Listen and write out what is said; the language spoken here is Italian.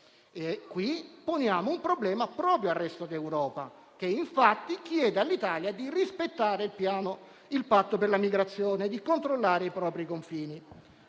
poniamo un problema al resto d'Europa, che infatti chiede all'Italia di rispettare il Patto per la migrazione, controllando i propri confini.